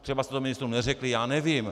Třeba jste to ministrům neřekli, já nevím.